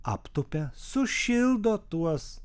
aptupia sušildo tuos